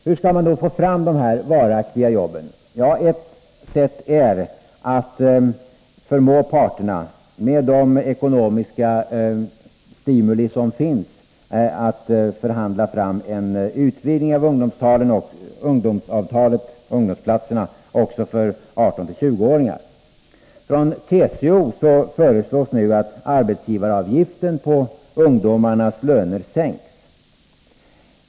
Hur skall man då få fra varaktiga jobb? Ett sätt är att förmå parterna, med de ekonomiska stimuli som finns, att förhandla fram en utvidgning av avtalen om ungdomsplatserna också för 18-20-åringar. Från TCO föreslås nu att arbetsgivaravgiften på ungdomarnas löner sänks.